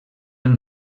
del